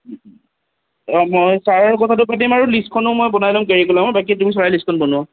অ' মই ছাৰৰ কথাটো পাতিম আৰু লিষ্টখনো মই বনাই ল'ম কাৰিকুলামাৰ বাকী তুমি চৰাই লিষ্টখন বনোৱা